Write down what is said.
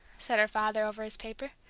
said her father, over his paper.